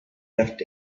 left